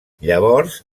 llavors